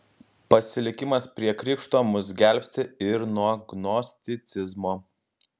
pasilikimas prie krikšto mus gelbsti ir nuo gnosticizmo